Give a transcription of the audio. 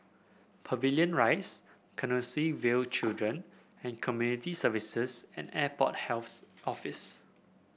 Pavilion Rise Canossaville Children and Community Services and Airport Health Office